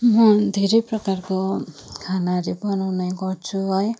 म धेरै प्रकारको खानाहरू बनाउने गर्छु है